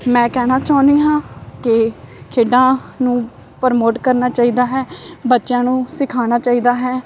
ਮੈਂ ਕਹਿਣਾ ਚਾਹੁੰਦੀ ਹਾਂ ਕਿ ਖੇਡਾਂ ਨੂੰ ਪਰਮੋਟ ਕਰਨਾ ਚਾਹੀਦਾ ਹੈ ਬੱਚਿਆਂ ਨੂੰ ਸਿਖਾਉਣਾ ਚਾਹੀਦਾ ਹੈ